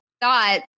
thought